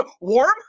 Warm